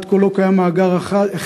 עד כה לא קיים מאגר אחד,